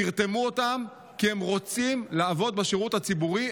תרתמו אותם, כי הם רוצים לעבוד בשירות הציבורי.